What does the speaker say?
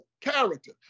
character